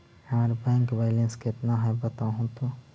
हमर bank balance केतना है बताहु तो?